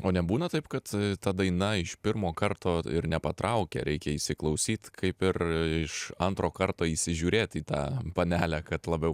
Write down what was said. o nebūna taip kad ta daina iš pirmo karto ir nepatraukia reikia įsiklausyt kaip ir iš antro karto įsižiūrėt į tą panelę kad labiau